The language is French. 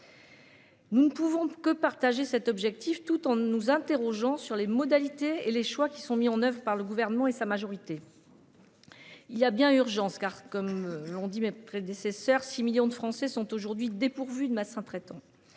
Nous ne pouvons que partager cet objectif tout en nous interrogeant sur les modalités et les choix qui sont mis en oeuvre par le gouvernement et sa majorité. Il y a bien urgence car, comme l'on dit, mes prédécesseurs, 6 millions de Français sont aujourd'hui dépourvues de masse en traitant